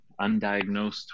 undiagnosed